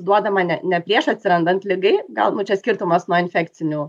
duodama ne ne prieš atsirandant ligai galbūt čia skirtumas nuo infekcinių